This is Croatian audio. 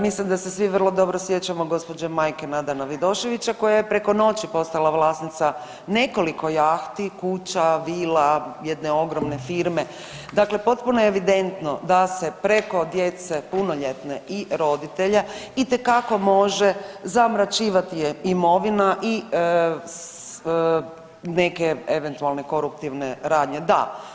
Mislim da se svi vrlo dobro sjećamo gđe. majke Nadana Vidoševića koja je preko noći postala vlasnica nekoliko jahti, kuća, vila, jedne ogromne firme, dakle potpuno je evidentno da se preko djece punoljetne i roditelja itekako može zamračivati imovina i neke eventualne koruptivne radnje da.